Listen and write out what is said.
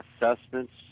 assessments